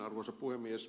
arvoisa puhemies